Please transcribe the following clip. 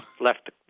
left